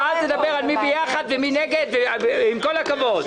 אתה אל תדבר על מי ביחד ומי נגד, עם כל הכבוד.